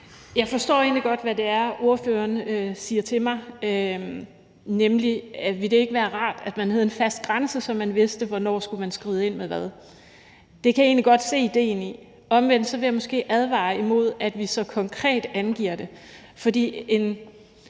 Jeg forstår egentlig godt, hvad det er, ordføreren siger til mig, nemlig: Ville det ikke være rart, at man havde en fast grænse, så man vidste, hvornår man skulle skride ind og med hvad? Det kan jeg egentlig godt se idéen i. Omvendt vil jeg måske advare imod, at vi så konkret angiver det.